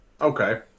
okay